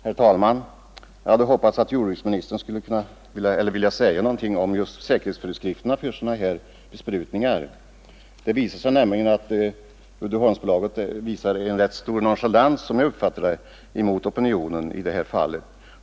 Herr talman! Jag hade hoppats att jordbruksministern skulle vilja säga någonting om just säkerhetsföreskrifterna för sådana här besprutningar. Det visar sig nämligen att Uddeholmsbolaget ådagalägger rätt stor nonchalans, som jag uppfattar det, mot opinionen i det här sammanhanget.